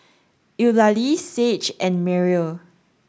Eulalie Sage and Myrl